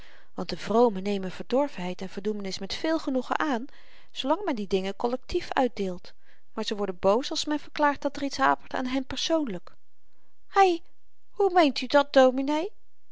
want de vromen nemen verdorvenheid en verdoemenis met veel genoegen aan zoolang men die dingen kollektief uitdeelt maar ze worden boos als men verklaart dat er iets hapert aan hen persoonlyk hé hoe meent u dat dominee